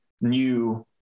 new